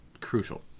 crucial